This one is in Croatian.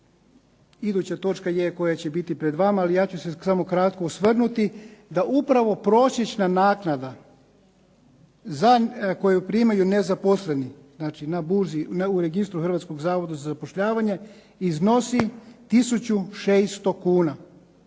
iduća točka je koja će biti pred vama, ali ja ću se samo kratko osvrnuti, da upravo prosječna naknada koju primaju nezaposleni, znači na burzi u registru Hrvatskog zavoda za zapošljavanje iznosi 1 600 kuna.